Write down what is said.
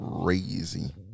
crazy